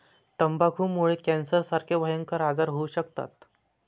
तंबाखूमुळे कॅन्सरसारखे भयंकर आजार होऊ शकतात